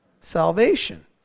salvation